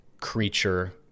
creature